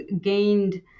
gained